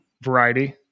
variety